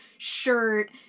shirt